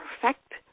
perfect